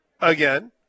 again